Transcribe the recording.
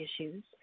issues